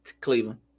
Cleveland